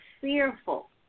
fearful